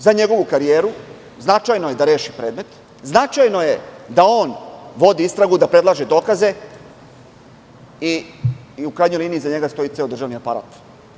Za njegovu karijeru je značajno da reši predmet, značajno je da on vodi istragu, da predlaže dokaze i, u krajnjoj liniji, iza njega stoji ceo državni aparat.